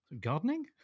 gardening